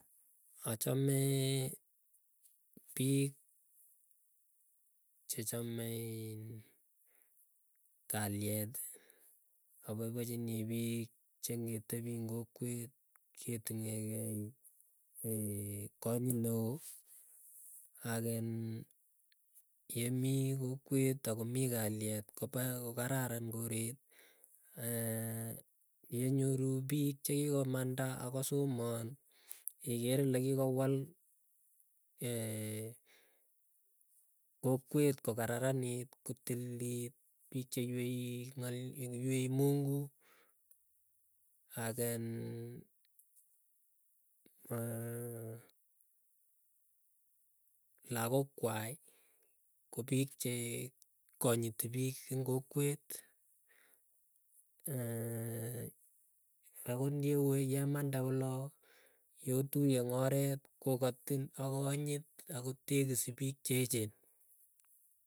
Achame piik chechame iin kaliet, apaipachinii piik che ngetepii ing kokwet ketinyekei, kanyit neo. Akin yemii kokwek akomii kalyet kopa kokararan koret yenyoru piik chekikomanda akosomon ikere ile kikowal kokwet kokararanit, kotililit. Pik cheiywei mungu aken mm lagookwai ko piik che konyiti piik ing kokwet akot ndiyeku yemande olooyotuye in oret kogatin akonyit akotelisi piik cheechen.